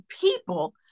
people